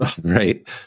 Right